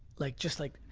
like just like,